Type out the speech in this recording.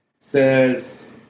Says